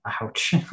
ouch